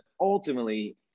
ultimately